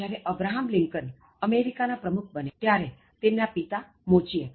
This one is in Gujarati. જ્યારે અબ્રાહમ લિંકન અમેરિકા ના પ્રમુખ બન્યા ત્યારે તેમના પિતા મોચી હતા